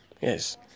Yes